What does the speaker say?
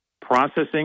processing